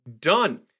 done